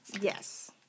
yes